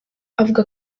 avuga